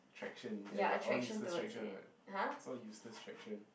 traction ya but all useless traction what it's all useless traction